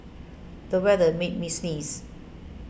the weather made me sneeze